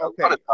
okay